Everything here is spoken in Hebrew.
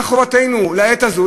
מה חובתנו לעת הזו?